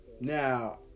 Now